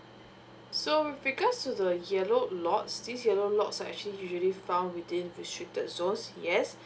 so regards to the yellow lot since yellow lot are actually usually found within restricted zone yes